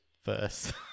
first